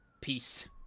peace